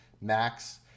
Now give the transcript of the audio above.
max